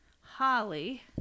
holly